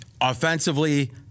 offensively